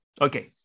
Okay